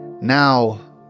Now